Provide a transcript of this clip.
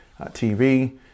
TV